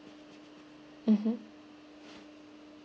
mmhmm